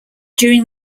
during